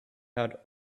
had